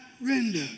render